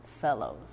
fellows